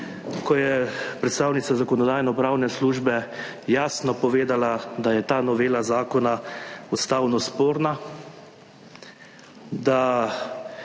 ko je predstavnica Zakonodajno-pravne službe jasno povedala, da je ta novela zakona ustavno sporna, da